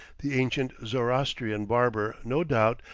the ancient zoroastrian barber, no doubt,